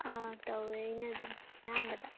ꯇꯧꯋꯦ ꯑꯩꯅ ꯑꯗꯨꯝ ꯑꯌꯥꯝꯕꯗ